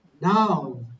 now